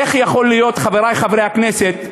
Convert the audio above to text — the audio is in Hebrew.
איך יכול להיות, חברי חברי הכנסת,